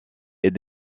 est